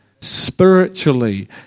spiritually